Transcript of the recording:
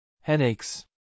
Headaches